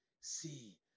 see